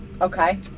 Okay